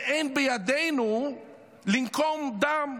ואין בידינו לנקום דם.